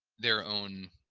their own